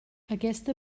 aquesta